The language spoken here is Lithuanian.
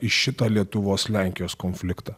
į šitą lietuvos lenkijos konfliktą